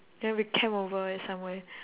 then we camp over at somewhere